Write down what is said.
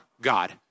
God